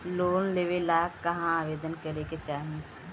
Loan लेवे ला कहाँ आवेदन करे के चाही?